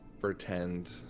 pretend